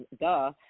Duh